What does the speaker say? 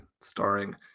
starring